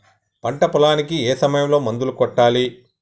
పంట పొలానికి ఏ సమయంలో మందులు కొట్టాలి?